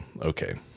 Okay